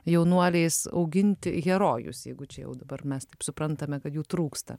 jaunuoliais auginti herojus jeigu čia jau dabar mes suprantame kad jų trūksta